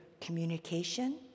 communication